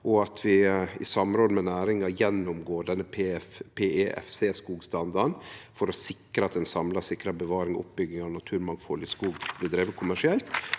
og at vi i samråd med næringa gjennomgår PEFC-skogstandarden, for å sikre at ein samla sikrar bevaring og oppbygging av naturmangfald i skog som blir driven kommersielt.